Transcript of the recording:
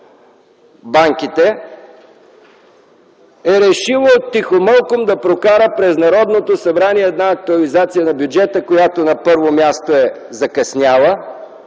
банките, е решило тихомълком да прокара през Народното събрание една актуализация на бюджета, която: на първо място, е закъсняла;